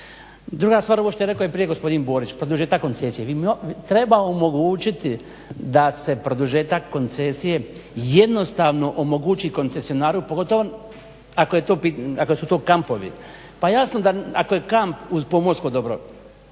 Druga stvar ovo što je rekao i prije gospodin Borić, produžetak koncesije bi trebao omogućiti da se produžetak koncesije jednostavno omogući koncesionaru pogotovo ako su to kampovi. Pa jasno da ako je kamp uz pomorsko dobro,